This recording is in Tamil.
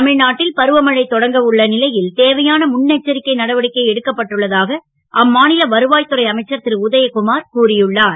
தமி நாட்டில் பருவமழை தொடங்க உள்ள லை ல் தேவையான முன் எச்சரிக்கை நடவடிக்கை எடுக்கப்பட்டுள்ள தாக அம்மா ல வருவா துறை அமைச்சர் ருஉதயகுமார் கூறியுள்ளார்